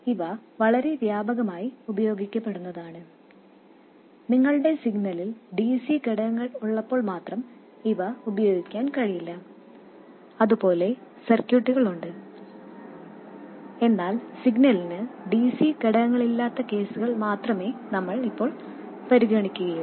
ഇവ വളരെ വ്യാപകമായി ഉപയോഗിക്കപ്പെടുന്നതാണ് നിങ്ങളുടെ സിഗ്നലിൽ dc ഘടകങ്ങൾ ഉള്ളപ്പോൾ മാത്രം ഇവ ഉപയോഗിക്കാൻ കഴിയില്ല അതുപോലുള്ള സർക്യൂട്ടുകൾ ഉണ്ട് എന്നാൽ സിഗ്നലിന് dc ഘടകങ്ങളില്ലാത്ത കേസുകൾ മാത്രമേ നമ്മൾ ഇപ്പോൾ പരിഗണിക്കുകയുള്ളൂ